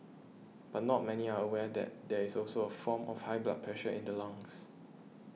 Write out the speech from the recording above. but not many are aware that there is also a form of high blood pressure in the lungs